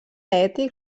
ètic